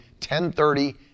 10.30